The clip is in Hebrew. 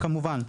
כמובן.